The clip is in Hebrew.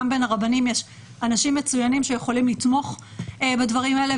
גם בין הרבנים יש אנשים מצוינים שיכולים לתמוך בדברים האלה.